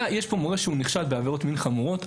יש פה מורה שנחשד בעבירות מין חמורות,